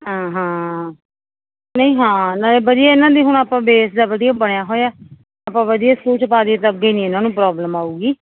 ਹਾਂ ਹਾਂ ਨਹੀਂ ਹਾਂ ਨਾਲੇ ਵਧੀਆ ਇਨ੍ਹਾਂ ਦੀ ਹੁਣ ਆਪਾਂ ਬੇਸ ਜਿਹਾ ਵਧੀਆ ਬਣਿਆ ਹੋਇਆ ਆਪਾਂ ਵਧੀਆ ਸਕੂਲ 'ਚ ਪਾ ਦੇਈਏ ਤਾਂ ਅੱਗੇ ਨਹੀਂ ਇਨ੍ਹਾਂ ਨੂੰ ਪ੍ਰੋਬਲਮ ਆਊਗੀ